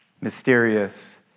mysterious